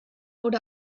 oder